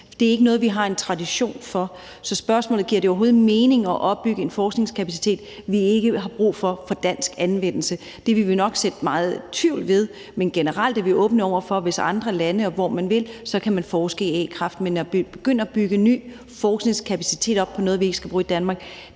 Det er ikke noget, vi har en tradition for, så spørgsmålet er, om det overhovedet giver mening at opbygge en forskningskapacitet, vi ikke har brug for for dansk anvendelse. Det vil vi nok så meget tvivl om. Men generelt er vi åbne over for, hvis andre lande, hvor man vil, kan forske i a-kraft, men at begynde at bygge ny forskningskapacitet op på noget, vi ikke skal bruge i Danmark,